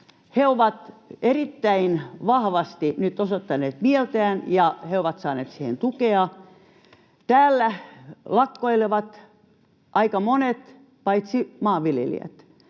erittäin vahvasti nyt osoittaneet mieltään, ja he ovat saaneet siihen tukea. Täällä lakkoilevat aika monet paitsi maanviljelijät.